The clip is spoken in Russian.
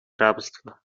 рабства